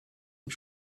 und